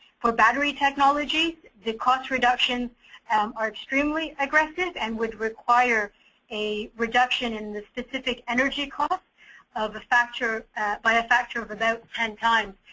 for battery technologies, the cost reduction are extremely addresses and would require a reduction in their specific energy cost of the facture by a facture of about ten times.